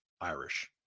Irish